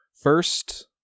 First